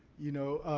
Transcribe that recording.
you know,